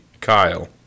Kyle